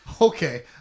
Okay